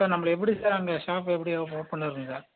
sir நம்மள எப்படி sir அங்கே ஷாப் எப்படி ஒப்பன் ஒப்பனில் இருக்கும் சார்